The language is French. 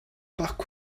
par